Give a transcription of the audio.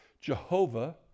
Jehovah